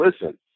listen